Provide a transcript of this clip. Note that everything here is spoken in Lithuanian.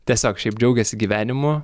tiesiog šiaip džiaugiasi gyvenimu